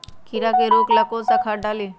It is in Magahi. कीड़ा के रोक ला कौन सा खाद्य डाली?